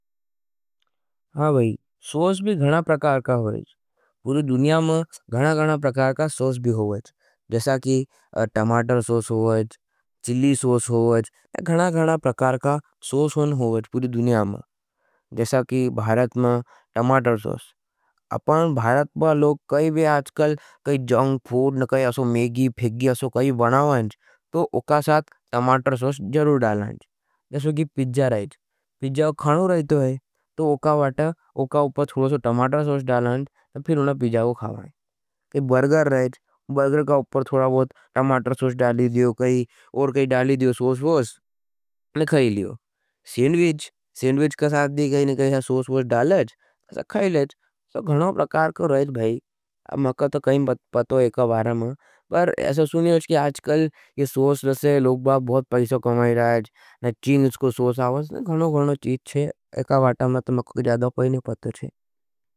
हाँ भई सॉस भी घणो प्रकार का होवेच। पूरी दुनिया मा घणो घणो प्रकार का सॉस होवेच। जैसा की टमाटर सॉस, चिल्ली सॉस होवेच, घना घना प्रकार का सॉस होवेच पूरी दुनिया में। जैसा की भारत में टमाटर सॉस, अपन भारत में लोग कई भी आज कल कई जंक फ़ूड, मैगी फ़िकग्या। तो औ का साथ टमाटर सॉस ज़रूर डालत। जौसो की पिज़्ज़ा राइज, पिज़्ज़ा खानो रहटो हज, ओ के उपर थोड़ा सो टमाटर सॉस डालत। और फिर उन्हें पिज़्ज़ा को खावत, कहीं बर्गर रहच, बर्गर के उप्पर थोड़ा टमाटर सॉस डाली, और ख़ाह लियो। सैंडविच के साथ भी सॉस वाइस दालच, ऐसा खायेच। मको तो पाटो या के बारे में, ऐसा सुनियो की आज कल या सॉस से बहुत पैसा कामयाच। ना चीनी का भी सॉस अवाच जो किसी कु पता कोनी।